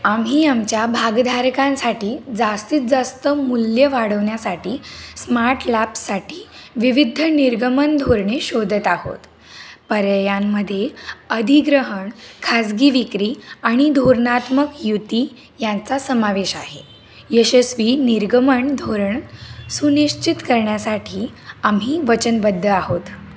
आम्ही आमच्या भागधारकांसाठी जास्तीत जास्त मूल्य वाढवण्यासाठी स्मार्ट लॅब्ससाठी विविध निर्गमन धोरणे शोधत आहोत पर्यायांमध्ये अधिग्रहण खाजगी विक्री आणि धोरणात्मक युती यांचा समावेश आहे यशस्वी निर्गमन धोरण सुनिश्चित करण्यासाठी आम्ही वचनबद्ध आहोत